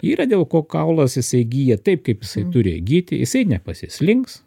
yra dėl ko kaulas jisai gyja taip kaip jisai turi įgyti jisai nepasislinks